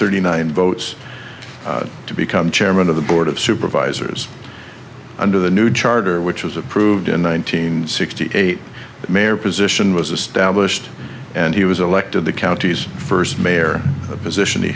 thirty nine votes to become chairman of the board of supervisors under the new charter which was approved in nineteen sixty eight mayor position was established and he was elected the county's first mayor a position he